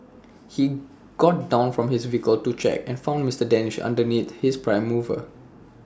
he got down from his vehicle to check and found Mister danish underneath his prime mover